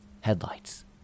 Headlights